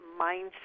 mindset